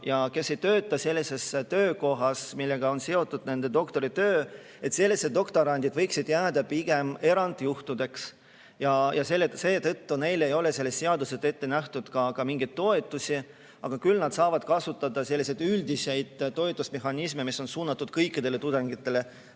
ja kes ei tööta sellises töökohas, millega on seotud nende doktoritöö, võiksid jääda pigem erandjuhtudeks. Seetõttu ei ole neile selles seaduses ette nähtud mingeid toetusi, kuid nad saavad kasutada üldiseid toetusmehhanisme, mis on suunatud kõikidele tudengitele,